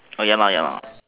oh ya lah ya lah